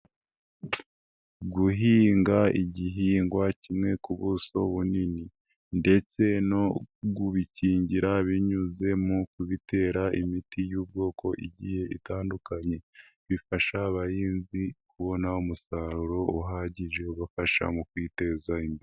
Guhinga igihingwa kimwe ku buso bunini ndetse no kubikingira binyuze mu kubitera imiti y'ubwoko igihe itandukanye bifasha abahinzi kubona umusaruro uhagije ubafasha mu kwiteza imbere.